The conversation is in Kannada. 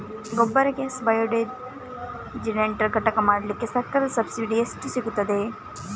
ಗೋಬರ್ ಗ್ಯಾಸ್ ಬಯೋಡೈಜಸ್ಟರ್ ಘಟಕ ಮಾಡ್ಲಿಕ್ಕೆ ಸರ್ಕಾರದ ಸಬ್ಸಿಡಿ ಎಷ್ಟು ಸಿಕ್ತಾದೆ?